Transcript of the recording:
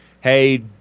hey